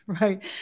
right